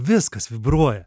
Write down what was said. viskas vibruoja